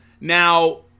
Now